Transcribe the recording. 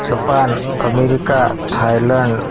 Japan America Thailand